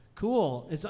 Cool